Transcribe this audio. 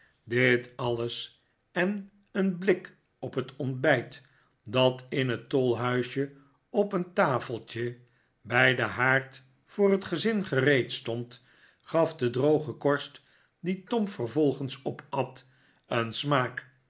dit alles en een blik op het ontbijt dat in het tolhuisje op een tafeltje bij den haard voor het gezin gereed stond gaf de droge korst die tom vervolgens opat een smaak